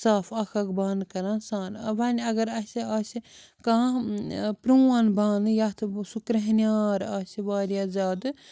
صاف اَکھ اَکھ بانہٕ کَران سان وۄنۍ اَگر اَسہِ آسہِ کانٛہہ پرٛون بانہٕ یَتھ سُہ کرٛیٚہیٛار آسہِ واریاہ زیادٕ